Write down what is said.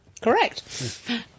Correct